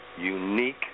unique